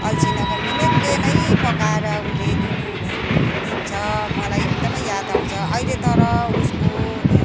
अल्छी नगरी मिहिनेतले नै पकाएर उसले दिनु दिन्छ मलाई एकदमै याद आउँछ अहिले तर उसको